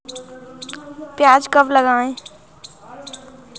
प्याज कब लगाएँ?